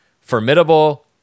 formidable